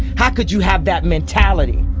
how could you have that mentality?